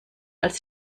als